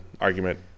argument